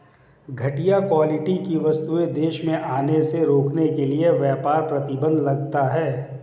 घटिया क्वालिटी की वस्तुएं देश में आने से रोकने के लिए व्यापार प्रतिबंध लगता है